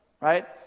right